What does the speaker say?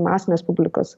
masinės publikos